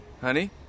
Honey